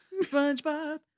SpongeBob